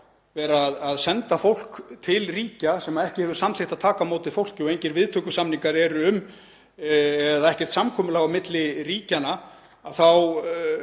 ætlum að senda fólk til ríkja sem ekki hafa samþykkt að taka á móti fólki og engir viðtökusamningar eru um eða ekkert samkomulag á milli ríkjanna, þá